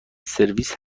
سرویس